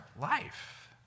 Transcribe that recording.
life